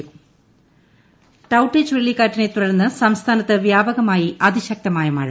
സംസ്ഥാനം മഴ ടൌട്ടെ ചുഴലിക്കാറ്റിനെത്തുടർന്ന് സംസ്ഥാനത്ത് വ്യാപകമായി അതി ശക്തമായ മഴ